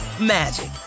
magic